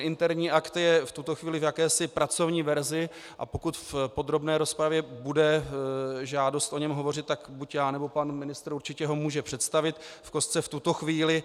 Interní akt je v tuto chvíli v jakési pracovní verzi, a pokud v podrobné rozpravě bude žádost o něm hovořit, tak buď já, nebo pan ministr určitě ho můžeme představit v kostce v tuto chvíli.